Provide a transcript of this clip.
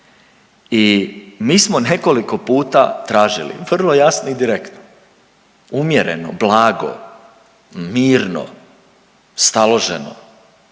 i mi smo nekoliko puta tražili vrlo jasno i direktno umjereno, blago, mirno, staloženo